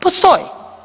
Postoji.